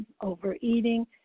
overeating